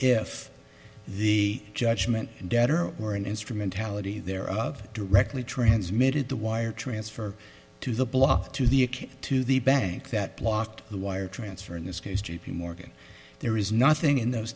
if the judgment debtor or an instrumentality there of directly transmitted the wire transfer to the block to the a case to the bank that blocked the wire transfer in this case j p morgan there is nothing in those